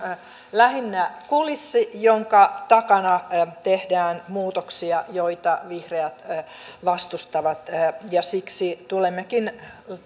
lähinnä kulissi jonka takana tehdään muutoksia joita vihreät vastustavat ja siksi tulemmekin